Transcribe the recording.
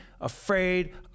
afraid